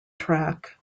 track